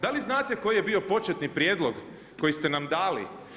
Da li znate koji je bio početni prijedlog koji ste nam dali?